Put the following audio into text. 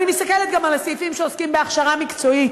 אני מסתכלת גם על הסעיפים שעוסקים בהכשרה מקצועית,